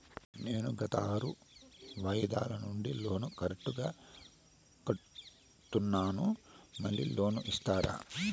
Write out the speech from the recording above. నేను గత ఆరు వాయిదాల నుండి లోను కరెక్టుగా కడ్తున్నాను, మళ్ళీ లోను ఇస్తారా?